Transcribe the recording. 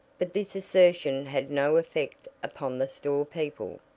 but this assertion had no effect upon the store people.